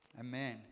Amen